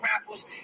rappers